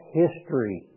history